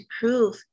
prove